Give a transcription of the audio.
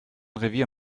revier